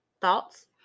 thoughts